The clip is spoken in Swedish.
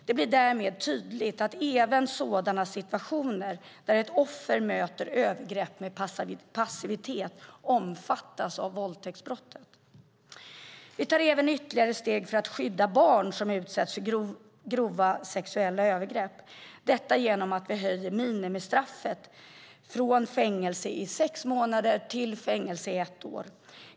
Det blir därmed tydligt att även sådana situationer där ett offer möter övergrepp med passivitet omfattas av våldtäktsbrottet. Vi tar även ytterligare steg för att skydda barn som utsätts för grova sexuella övergrepp, detta genom att vi höjer minimistraffet från fängelse i sex månader till fängelse i ett år.